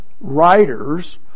writers